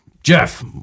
Jeff